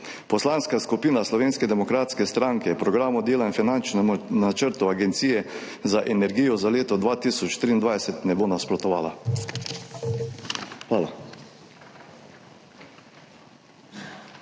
Poslanska skupina Slovenske demokratske stranke programu dela in finančnemu načrtu Agencije za energijo za leto 2023 ne bo nasprotovala. Hvala.